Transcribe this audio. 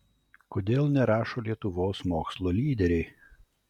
kodėl nerašo lietuvos mokslo lyderiai